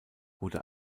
wurde